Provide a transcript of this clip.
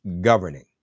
governing